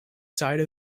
side